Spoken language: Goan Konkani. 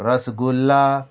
रसगुल्ला